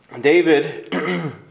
David